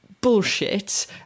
bullshit